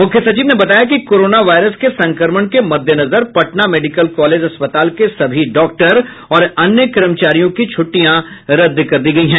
मुख्य सचिव ने बताया कि कोरोना वायरस के संक्रमण के मददेनजर पटना मेडिकल कॉलेज अस्पताल के सभी डॉक्टर और अन्य कर्मचारियों की छुट्टियां रद्द कर दी गयी हैं